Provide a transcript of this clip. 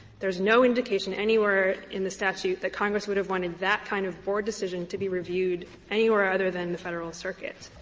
there is no indication anywhere in the statute that congress would have wanted that kind of board decision to be reviewed anywhere other than the federal circuit.